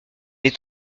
est